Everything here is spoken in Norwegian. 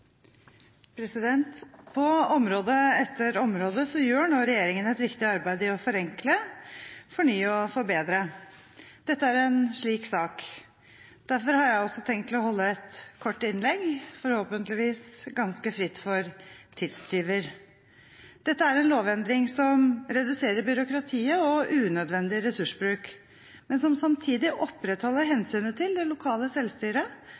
På område etter område gjør nå regjeringen et viktig arbeid i å forenkle, fornye og forbedre. Dette er en slik sak. Derfor har jeg også tenkt å holde et kort innlegg, forhåpentligvis ganske fritt for tidstyver. Dette er en lovendring som reduserer byråkratiet og unødvendig ressursbruk, men som samtidig opprettholder hensynet til det lokale selvstyret.